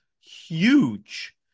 huge